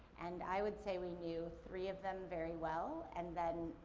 and i would say we knew three of them very well, and then,